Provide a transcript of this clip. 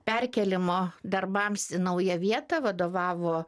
perkėlimo darbams į naują vietą vadovavo